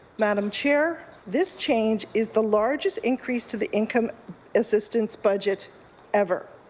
madam chair, this change is the largest increase to the income assistance budget ever.